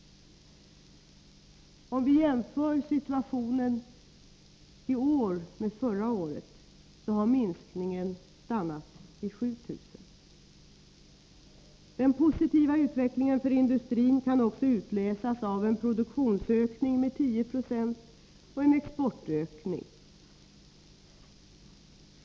Om vi jämför situationen i år med förra årets, har minskningen stannat vid 7 000. Den positiva utvecklingen för industrin kan också utläsas av en produktionsökning med 10 26 och en exportökning.